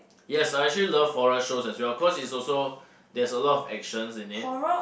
yes I actually love horror shows as well cause it's also there's a lot of actions in it